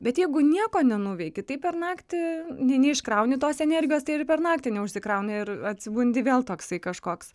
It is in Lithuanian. bet jeigu nieko nenuveiki tai per naktį ne neiškrauni tos energijos tai ir per naktį neužsikrauni ir atsibundi vėl toksai kažkoks